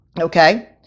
Okay